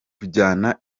kujyana